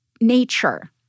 nature